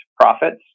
profits